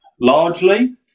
Largely